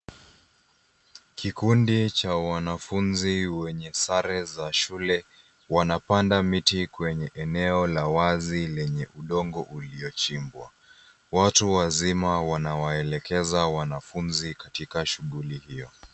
Kikundi cha wanafunzi wemye sare za shule wanapanda miti kwenye eneo la wazi lenye udongo ulio chimbwa, watu wazima wanawaelekeza wanafunzi katika shughuli hiyo.